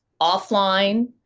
offline